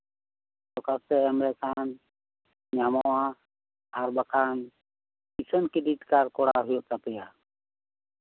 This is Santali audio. ᱮᱢ ᱞᱮᱠᱷᱟᱱ ᱧᱟᱢᱚᱜᱼᱟ ᱟᱨ ᱵᱟᱝᱠᱷᱟᱱ ᱠᱤᱥᱟᱱ ᱠᱨᱮᱰᱤᱴ ᱠᱟᱨᱰ ᱠᱚᱨᱟᱣ ᱦᱩᱭᱩᱜ ᱛᱟᱯᱮᱭᱟ